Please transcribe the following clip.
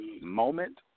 moment